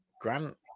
Grant